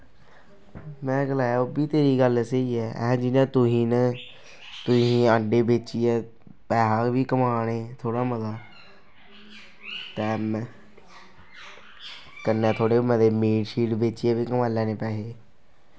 में गलाया ओह् बी तेरी गल्ल स्हेई ऐ जियां तुसीं न तुसीं अंडे बेचियै पैहा बी कमा ने थोह्ड़ा मता ते कन्नै थोह्ड़े मते मीट शीट बेचियै बी कमाई लैन्ने पैहे